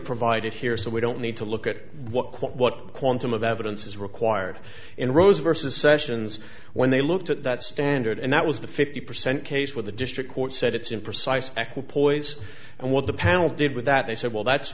provided here so we don't need to look at what quote what quantum of evidence is required in rose versus sessions when they looked at that standard and that was the fifty percent case where the district court said it's imprecise eckel poise and what the panel did with that they said well that's